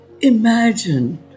imagine